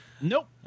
Nope